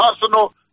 personal